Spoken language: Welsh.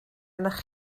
arnoch